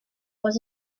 was